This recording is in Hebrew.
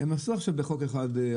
עשו עכשיו בחוק אחד.